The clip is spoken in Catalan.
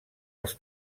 els